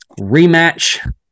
rematch